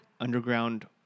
Underground